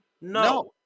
No